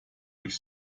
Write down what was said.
durch